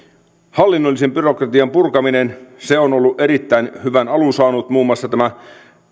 hallinnollisen byrokratian purkaminen on erittäin hyvän alun saanut muun muassa tämä